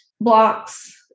blocks